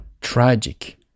tragic